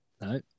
No